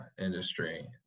industry